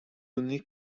donné